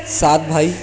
سعد بھائی